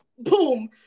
boom